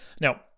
Now